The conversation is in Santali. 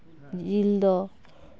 ᱡᱤᱞᱫᱚ